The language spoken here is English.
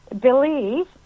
believe